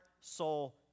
soul